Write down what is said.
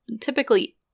typically